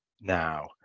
now